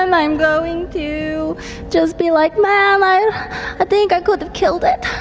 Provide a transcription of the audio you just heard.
um i'm going to just be like man, i think i could have killed it.